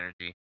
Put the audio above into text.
energy